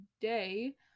today